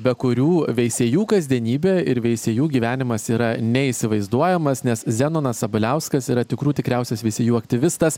be kurių veisiejų kasdienybė ir veisiejų gyvenimas yra neįsivaizduojamas nes zenonas sabaliauskas yra tikrų tikriausias veisiejų aktyvistas